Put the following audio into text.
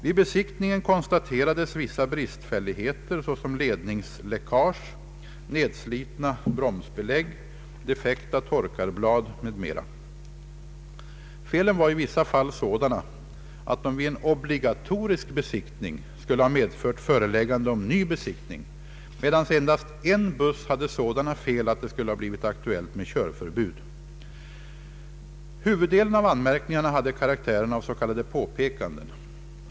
Vid besiktningen konstaterades vissa bristfälligheter, såsom ledningsläckage, nedslitna bromsbelägg, defekta torkarblad m.m. Felen var i vissa fall sådana att de vid en obligatorisk besiktning skulle ha medfört föreläggande om ny besiktning, medan endast en buss hade sådana fel att det skulle ha blivit aktuellt med körförbud. Huvuddelen av anmärkningarna hade karaktären av s.k. påpekanden.